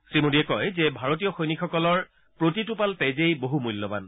শ্ৰী মোদীয়ে কয় যে ভাৰতীয় সৈনিকসকলৰ প্ৰতিটোপাল তেজেই বহু মূল্যবান